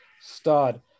stud